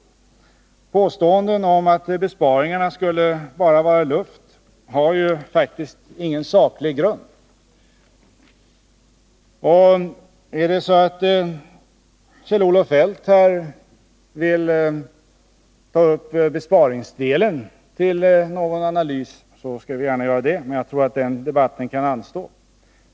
Påståendena om att besparingarna bara skulle vara luft har ingen saklig grund. Om Kjell-Olof Feldt vill ta upp besparingsdelen till analys skall vi gärna göra det, men jag tror att den debatten kan anstå.